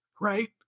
Right